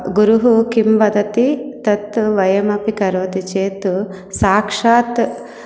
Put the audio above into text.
गुरुः किं वदति तत् वयमपि करोति चेत् साक्षात्